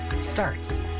starts